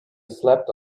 slept